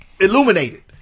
illuminated